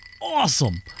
awesome